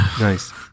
Nice